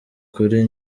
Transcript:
kuri